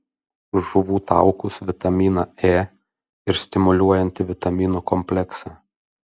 žuvų taukus vitaminą e ir stimuliuojantį vitaminų kompleksą